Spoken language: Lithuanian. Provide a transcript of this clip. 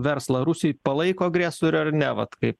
verslą rusijoj palaiko agresorių ar ne vat kaip